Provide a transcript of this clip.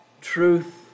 truth